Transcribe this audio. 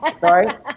Sorry